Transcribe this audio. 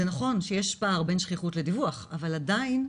זה נכון שיש פער בין שכיחות לדיווח, אבל עדיין,